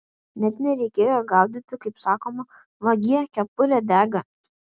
net nereikėjo gaudyti kaip sakoma vagie kepurė dega